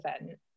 event